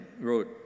wrote